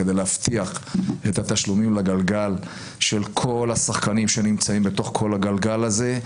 כדי להבטיח את התשלומים לגלגל של כל השחקנים שנמצאים בתוך כל הגלגל הזה,